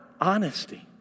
honesty